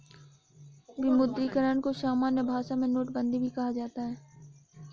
विमुद्रीकरण को सामान्य भाषा में नोटबन्दी भी कहा जाता है